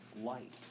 light